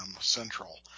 Central